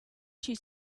she